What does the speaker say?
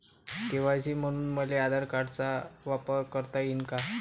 KYC म्हनून मले आधार कार्डाचा वापर करता येईन का?